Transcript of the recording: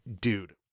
dude